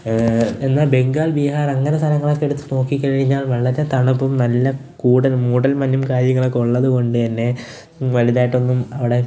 എന്നാൽ ബംഗാൾ ബീഹാർ അങ്ങനെ സ്ഥലങ്ങളൊക്കെ എടുത്തു നോക്കിക്കഴിഞ്ഞാൽ വളരെ തണുപ്പും നല്ല കൂടൽ മൂടൽ മഞ്ഞും കാര്യങ്ങളൊക്കെ ഉള്ളത് കൊണ്ടുതന്നെ വലുതായിട്ടൊന്നും അവിടെ